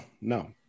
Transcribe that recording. no